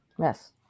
Yes